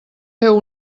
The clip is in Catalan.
feu